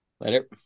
Later